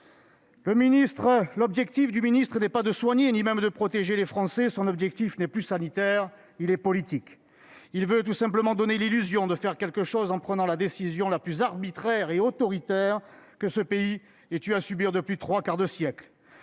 objectif de soigner, ni même de protéger les Français. Son objectif n'est plus sanitaire, il est politique. Il veut tout simplement donner l'illusion de faire quelque chose en prenant la décision la plus arbitraire et autoritaire que ce pays ait eu à subir depuis trois quarts de siècle.